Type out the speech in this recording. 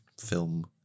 film